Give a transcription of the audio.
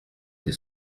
des